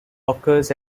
occurs